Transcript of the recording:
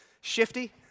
shifty